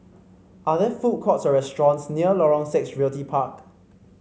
are there food courts or restaurants near Lorong Six Realty Park